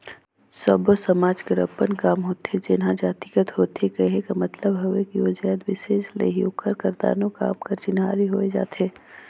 सब्बो समाज कर अपन काम होथे जेनहा जातिगत होथे कहे कर मतलब हवे कि ओ जाएत बिसेस ले ही ओकर करतनो काम कर चिन्हारी होए जाथे